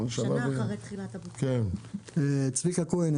צביקה כהן,